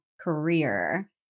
career